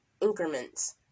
increments